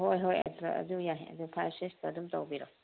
ꯍꯣꯏ ꯍꯣꯏ ꯑꯗꯨꯗ ꯑꯗꯨ ꯌꯥꯏ ꯑꯗꯨ ꯐꯥꯏꯚ ꯁꯤꯛꯁꯇ ꯑꯗꯨꯝ ꯇꯧꯕꯤꯔꯣ